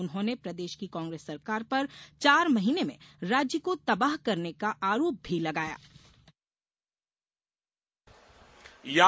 उन्होंने प्रदेश की कांग्रेस सरकार पर चार महीने में राज्य को तबाह करने का आरोप भी लगाया